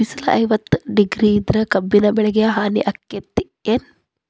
ಬಿಸಿಲ ಐವತ್ತ ಡಿಗ್ರಿ ಇದ್ರ ಕಬ್ಬಿನ ಬೆಳಿಗೆ ಹಾನಿ ಆಕೆತ್ತಿ ಏನ್?